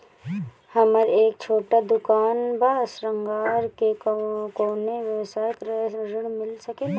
हमर एक छोटा दुकान बा श्रृंगार के कौनो व्यवसाय ऋण मिल सके ला?